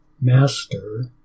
master